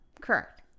Correct